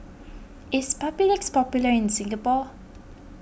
is Papulex popular in Singapore